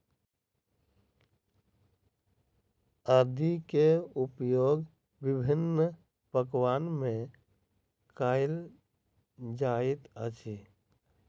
आदी के उपयोग विभिन्न पकवान में कएल जाइत अछि